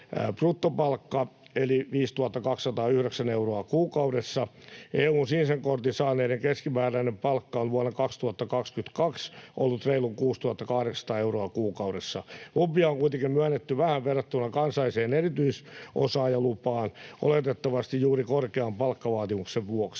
bruttopalkka eli 5 209 euroa kuukaudessa. EU:n sinisen kortin saaneiden keskimääräinen palkka on vuonna 2022 ollut reilut 6 800 euroa kuukaudessa. Lupia on kuitenkin myönnetty vähän verrattuna kansalliseen erityisosaajalupaan oletettavasti juuri korkean palkkavaatimuksen vuoksi.